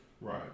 Right